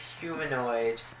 humanoid